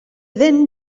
then